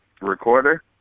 recorder